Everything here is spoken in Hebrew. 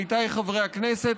עמיתיי חברי הכנסת,